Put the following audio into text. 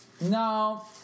No